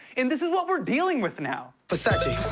and this is what we're dealing with now. versace,